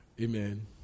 Amen